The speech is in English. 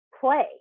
play